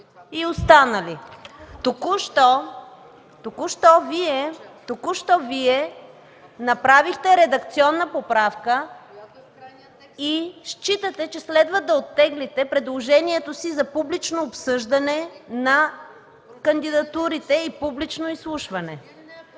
и останали. Току-що Вие направихте редакционна поправка и считате, че следва да оттеглите предложението си за публично обсъждане на кандидатурите и публично изслушване.